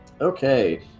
Okay